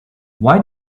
why